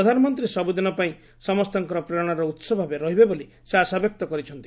ପ୍ରଧାନମନ୍ତ୍ରୀ ସବୁଦିନ ପାଇଁ ସମସ୍ତଙ୍କର ପ୍ରେରଣାର ଉତ୍ସ ଭାବେ ରହିବେ ବୋଲି ସେ ଆଶାବ୍ୟକ୍ତ କରିଛନ୍ତି